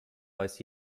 weiß